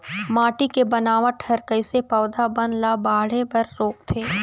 माटी के बनावट हर कइसे पौधा बन ला बाढ़े बर रोकथे?